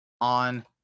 on